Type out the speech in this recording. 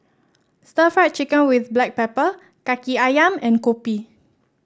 Stir Fried Chicken with Black Pepper kaki ayam and kopi